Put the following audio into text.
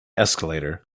escalator